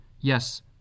yes